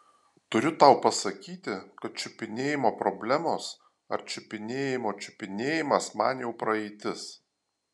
turiu tau pasakyti kad čiupinėjimo problemos ar čiupinėjimo čiupinėjimas man jau praeitis